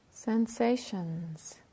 Sensations